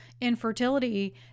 infertility